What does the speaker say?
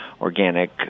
organic